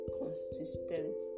consistent